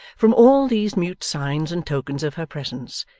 from all these mute signs and tokens of her presence,